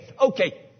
Okay